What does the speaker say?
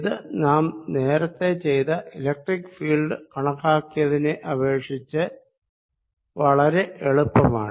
ഇത് നാം നേരത്തെ ചെയ്ത ഇലക്ട്രിക്ക് ഫീൽഡ് കണക്കാക്കിയതിനെ അപേക്ഷിച്ച് വളരെ എളുപ്പമാണ്